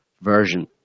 version